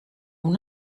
una